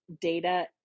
data